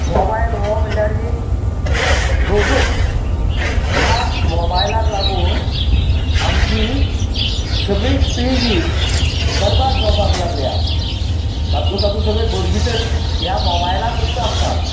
mobile हो म्हणल्यार एक रोगूच ह्या मोबायलाक लागून आमची सगळीं पिळगी बरबाद जावपाक लागल्या तातूंत तातूंत सगळीं भुरगीं तर ह्या मोबायलाकच आसतात